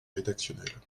rédactionnel